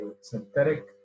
synthetic